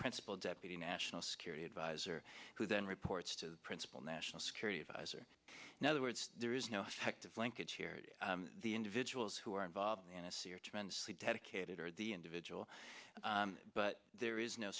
principal deputy national security advisor who then reports to the principal national security advisor now the words there is no active linkage here the individuals who are involved in the n s c are tremendously dedicated or the individual but there is no